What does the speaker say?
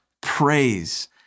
praise